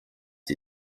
die